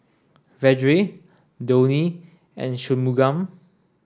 Vedre Dhoni and Shunmugam